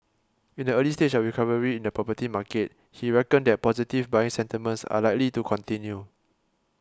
in the early stage of recovery in the property market he reckoned that positive buying sentiments are likely to continue